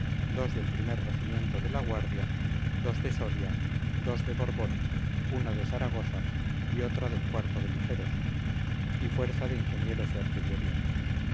dos del primer regimiento de la guardia dos de soria dos de borbón una de zaragoza y otra del o de ligeros y fuerza de ingenieros y artillería